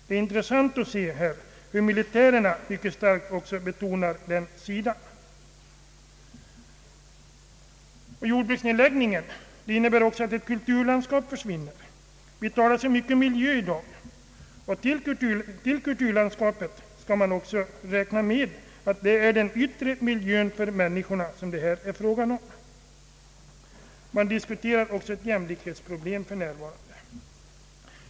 Det är intressant att se hur militärerna mycket starkt betonar värdet härav. Jordbruksnedläggningen innebär också att ett kulturlandskap försvinner. Vi talar mycket om miljö i dag och när vi talar om kulturlandskap skall vi också räkna med att det är en yttre miljö som påverkas när jordbruk försvinner. Man diskuterar också jämlikhetsproblem för närvarande.